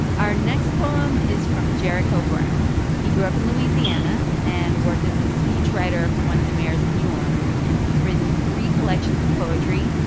our next poem is from jericho brown. he grew up in louisiana and worked as a speechwriter for one of the mayors of new orleans. and he's written three collections of poetry.